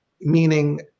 meaning